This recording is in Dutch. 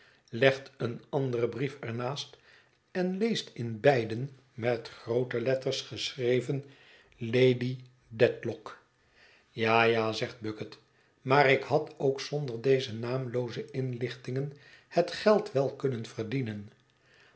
legt een anderen brief er naast en leest in beiden met groote letters geschreven lady dedlock ja ja zegt bucket maar ik had ook zonder deze naamlooze inlichtingen het geld wel kunnen verdienen